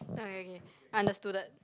okay okay okay understooded